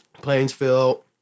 Plainsville